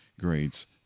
grades